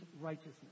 righteousness